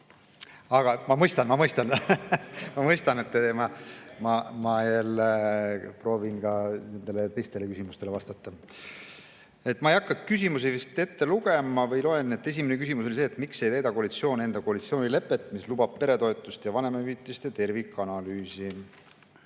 Aga ma mõistan, ma mõistan. (Naerab.) Ma mõistan. Ma proovin ka nendele teistele küsimustele vastata. Ma ei hakka küsimusi ette lugema. Või loen? Esimene küsimus oli see: "Miks ei täida koalitsioon enda koalitsioonilepet, mis lubab peretoetuste ja vanemahüvitiste tervikanalüüsi?"